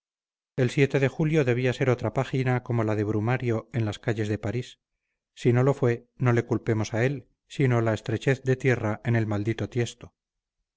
el de julio debía ser otra página como la de brumario en las calles de parís si no lo fue no le culpemos a él sino a la estrechez de tierra en el maldito tiesto